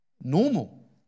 normal